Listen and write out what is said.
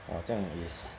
!wah! 这样 is